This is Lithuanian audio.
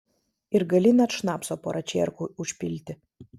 ir gali net šnapso porą čierkų užpilti